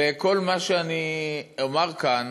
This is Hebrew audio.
כל מה שאני אומַר כאן